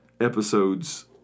episodes